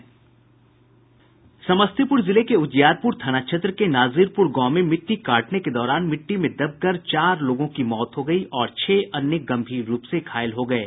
समस्तीपुर जिले के उजियारपुर थाना क्षेत्र के नाजीरपुर गाँव में मिटटी काटने के दौरान मिट्टी में दबकर चार लोगों की मौत हो गई और छह अन्य गम्भीर रूप से घायल हो गये